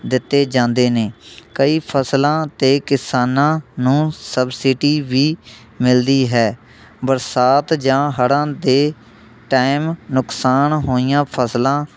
ਦਿੱਤੇ ਜਾਂਦੇ ਨੇ ਕਈ ਫਸਲਾਂ 'ਤੇ ਕਿਸਾਨਾਂ ਨੂੰ ਸਬਸਿਡੀ ਵੀ ਮਿਲਦੀ ਹੈ ਬਰਸਾਤ ਜਾਂ ਹੜ੍ਹਾਂ ਦੇ ਟਾਈਮ ਨੁਕਸਾਨ ਹੋਈਆਂ ਫਸਲਾਂ